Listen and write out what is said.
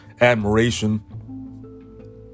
admiration